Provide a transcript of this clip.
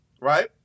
right